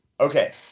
Okay